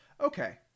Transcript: Okay